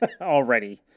Already